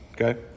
okay